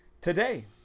today